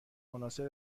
مناسب